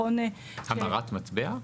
המרת מטבע?